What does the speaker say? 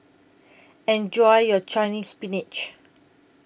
Enjoy your Chinese Spinach